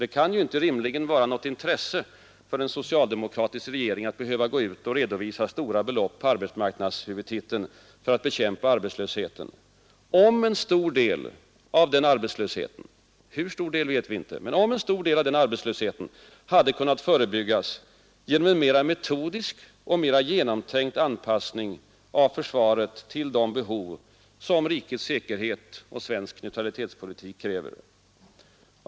Det kan inte rimligen vara något intresse för en socialdemokratisk regering att behöva redovisa stora belopp på arbetsmarknadshuvudtiteln för att bekämpa arbetslösheten, om en stor del av den arbetslösheten — hur stor del vet vi inte — hade kunnat förebyggas genom en mera metodisk och mera genomtänkt anpassning av försvaret till vad rikets säkerhet och svensk neutralitetspolitik kräver.